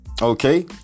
Okay